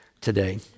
today